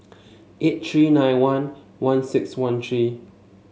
eight three nine one one six one three